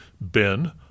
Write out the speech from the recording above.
Ben